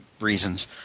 reasons